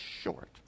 short